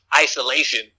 isolation